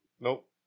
Nope